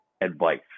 advice